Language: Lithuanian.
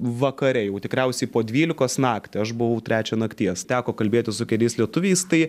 vakare jau tikriausiai po dvylikos naktį aš buvau trečią nakties teko kalbėtis su keliais lietuviais tai